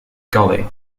golly